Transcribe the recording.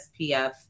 SPF